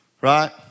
Right